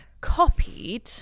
copied